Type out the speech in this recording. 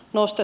nosta